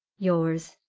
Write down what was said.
yours,